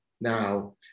now